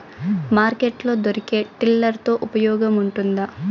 Market లో దొరికే tiller తో ఉపయోగం ఉంటుందా?